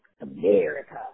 America